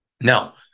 Now